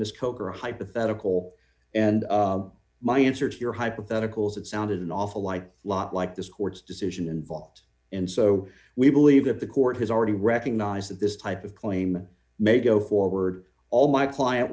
miss coker hypothetical and my answer to your hypotheticals it sounded an awful lot like this court's decision involved and so we believe that the court has already recognized that this type of claim may go forward all my client